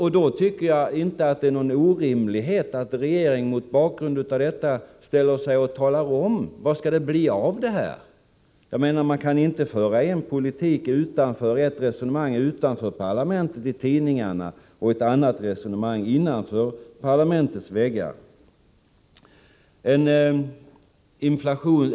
Jag tycker inte att det är orimligt att kräva att regeringen, mot bakgrund härav, talar om vad det skall bli av det hela. Man kan inte föra ett resonemang utanför parlamentet, i tidningar osv., och ett annat innanför parlamentets väggar.